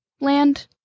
land